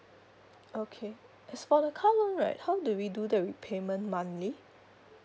okay as for the car loan right how do we do the repayment monthly